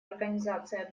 организация